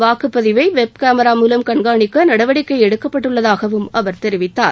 வாக்குப்பதிவை web camera மூலம் கண்காணிக்க நடவடிக்கை எடுக்கப்பட்டுள்ளதாகவும் அவர் தெரிவித்தார்